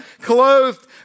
clothed